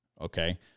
Okay